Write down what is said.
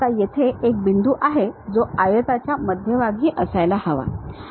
आता येथे एक बिंदू आहे जो आयताच्या मध्यभागी असायला हवा होता